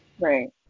Right